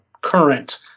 current